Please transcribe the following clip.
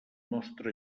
nostre